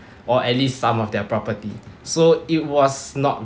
or at least some of their property so it was not